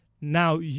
Now